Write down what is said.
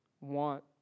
want